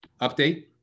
update